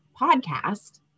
podcast